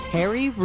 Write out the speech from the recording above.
Harry